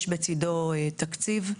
יש בצידו תקציב,